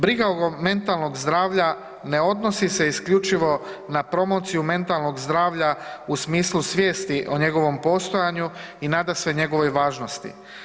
Briga oko mentalnog zdravlja ne odnosi se isključivo na promociju mentalnog zdravlja u smislu svijesti o njegovom postojanju i nadasve njegovoj važnosti.